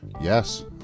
yes